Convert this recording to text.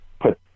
put